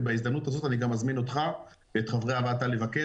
ובהזדמנות הזאת אני גם מזמין אותך ואת חברי הוועדה לבקר